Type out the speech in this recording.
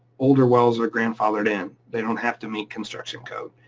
older wells were grandfathered in, they don't have to meet construction code.